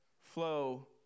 flow